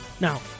Now